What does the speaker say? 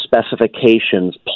specifications